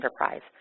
enterprise